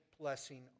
blessing